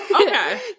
Okay